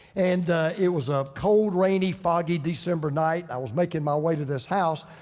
and it was a cold, rainy, foggy december night, i was making my way to this house.